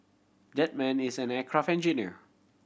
that man is an aircraft engineer